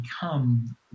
become